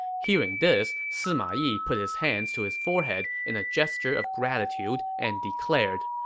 hearing this, sima yi put his hands to his forehead in a gesture of gratitude and declared,